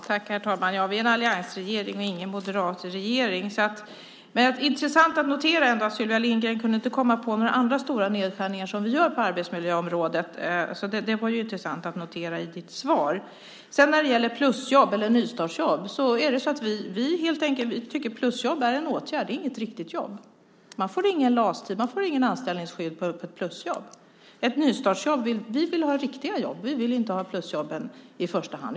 Herr talman! Vi är en alliansregering och inte en moderatregering. Det var intressant att notera att Sylvia Lindgren i sitt svar inte kunde komma på några andra stora nedskärningar som vi gör på arbetsmiljöområdet. När det gäller plusjobb eller nystartsjobb tycker vi helt enkelt att plusjobb är en åtgärd, inte ett riktigt jobb. Man får ingen LAS-tid och inget anställningsskydd om man har ett plusjobb. Vi vill att det ska vara riktiga jobb. Vi vill inte ha plusjobb i första hand.